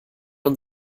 und